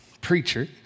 preacher